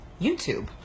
YouTube